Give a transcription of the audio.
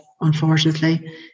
unfortunately